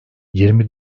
yirmi